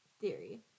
theory